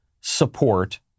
support